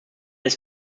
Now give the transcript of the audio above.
ist